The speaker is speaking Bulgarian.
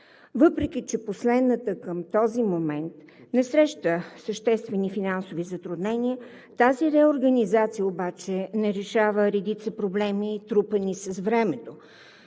Въпреки че последната към този момент не среща съществени финансови затруднения, тази реорганизация обаче не решава редица проблеми, трупани с времето,